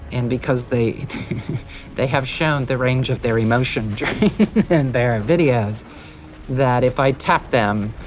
and because they they have shown the range of their emotion during and their videos that if i tapped them,